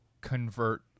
convert